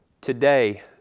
Today